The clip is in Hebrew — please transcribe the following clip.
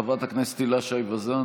חברת הכנסת הילה שי וזאן,